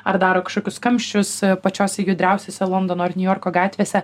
ar daro kažkokius kamščius pačiose judriausiose londono ar niujorko gatvėse